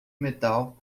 metal